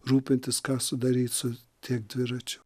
rūpintis ką su daryt su tiek dviračiu